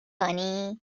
کنی